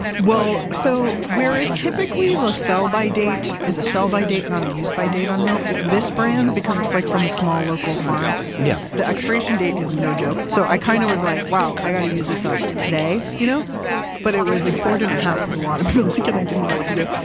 well, so whereas typically the sell by date is a sell by date, not a use by date on milk. this brand, because it's like from a small local farm, yeah the expiration date is no joke. so i kind of was like, wow, i've got to use this up today. you know but it was a quart and a half, it was a lot of milk like and i didn't know what to do.